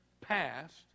passed